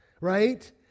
right